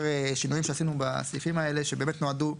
שינויים שעשינו בסעיפים האלה שבאמת נועדו